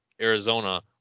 Arizona